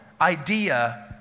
idea